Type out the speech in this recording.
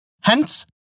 Hence